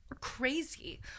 crazy